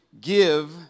give